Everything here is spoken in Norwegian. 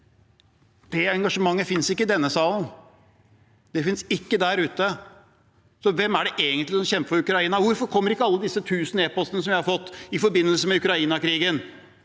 Det engasjementet finnes ikke i denne salen. Det finnes ikke der ute. Hvem er det egentlig som kjemper for Ukraina? Hvorfor kommer ikke alle disse tusen e-postene som jeg har fått, i forbindelse med Ukraina-krigen